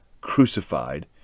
crucified